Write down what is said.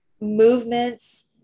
movements